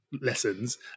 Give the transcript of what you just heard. lessons